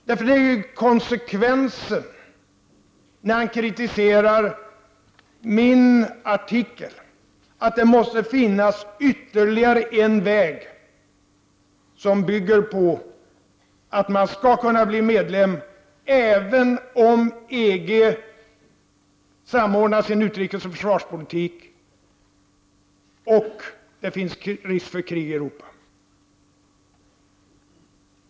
Den underliggande förutsättningen för hans kritik av min artikel är juatt det finns ytterligare en väg, som bygger på att man skall kunna bli medlem även om EG samordnar sin utrikesoch försvarspolitik och även om det finns risk för krig i Europa.